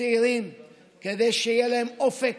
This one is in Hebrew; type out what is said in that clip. כדי שיהיה להם אופק,